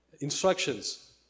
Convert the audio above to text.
instructions